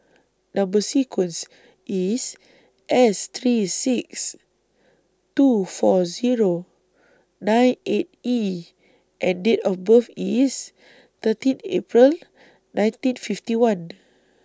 Number sequence IS S three six two four Zero nine eight E and Date of birth IS thirteen April nineteen fifty one